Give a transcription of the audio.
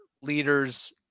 leaders